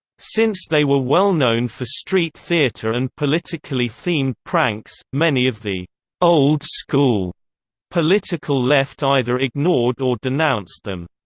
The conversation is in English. since they were well known for street theater and politically themed pranks, many of the old school political left either ignored or denounced them.